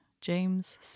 James